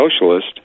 socialist